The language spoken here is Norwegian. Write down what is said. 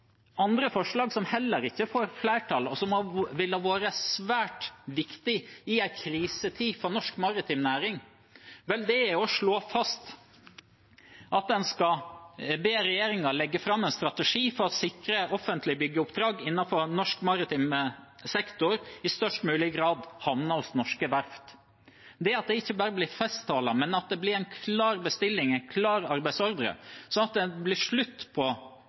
forslag som heller ikke får flertall, og som ville ha vært svært viktig i en krisetid for norsk maritim næring, er å slå fast at en skal be regjeringen legge fram en strategi for å sikre at offentlige byggeoppdrag innenfor norsk maritim sektor i størst mulig grad havner hos norske verft – det at det ikke bare blir festtaler, men at det blir en klar bestilling, en klar arbeidsordre, sånn at det blir slutt på